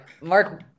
Mark